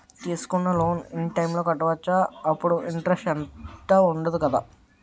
తీసుకున్న loan in time లో కట్టవచ్చ? అప్పుడు ఇంటరెస్ట్ వుందదు కదా?